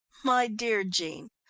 my dear jean,